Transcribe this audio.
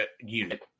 unit